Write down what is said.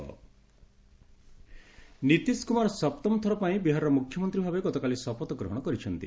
CM Nitish Kumar Nitish Kumar ସପ୍ତମଥର ପାଇଁ ବିହାରର ମୁଖ୍ୟମନ୍ତ୍ରୀ ଭାବେ ଗତକାଲି ଶପଥଗ୍ରହଣ କରିଛନ୍ତି